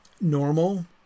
normal